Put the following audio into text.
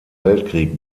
weltkrieg